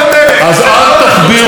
אז אל תכבירו מילים.